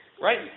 Right